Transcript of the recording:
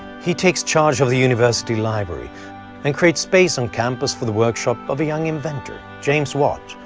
he takes charge of the university library and creates space on campus for the workshop of a young inventor, james watt,